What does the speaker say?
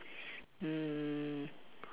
mm